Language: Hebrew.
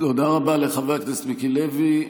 תודה רבה לחבר הכנסת מיקי לוי.